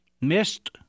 missed